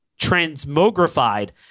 Transmogrified